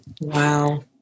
Wow